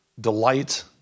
delight